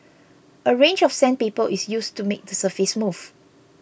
a range of sandpaper is used to make the surface smooth